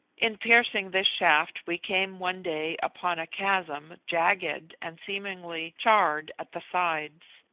in piercing this shaft we came one day upon a chasm jagged and seemingly charred at the sides,